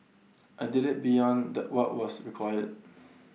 I did IT beyond what was required